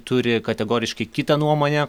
turi kategoriškai kitą nuomonę